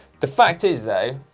the fact is though,